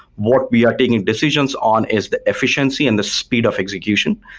what we are taking decisions on is the efficiency and the speed of execution.